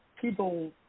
people